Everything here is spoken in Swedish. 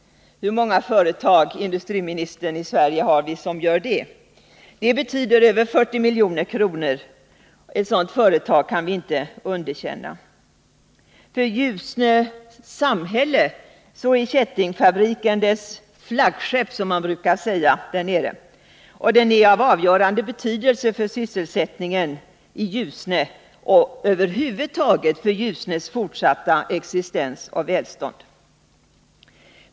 Hur många företag, industriministern, har vi i Sverige som gör det? Det betyder över 40 milj.kr. Ett sådant företag kan vi inte underkänna. För Ljusne samhälle är kättingfabriken dess flaggskepp, som man brukar säga. Den är av avgörande betydelse för sysselsättningen i Ljusne och över huvud taget för Ljusnes fortsatta existens och välstånd.